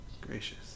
Gracious